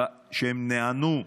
על שהם נענו לנושא.